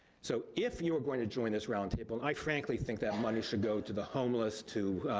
so if you're going to join this roundtable, i frankly think that money should go to the homeless, to